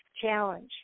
challenge